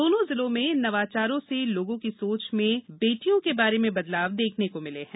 दोनों जिलों में इन नवाचारों से लोगों की सोच में बेटियों के बारे में बदलाव देखने को मिले हैं